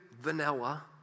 vanilla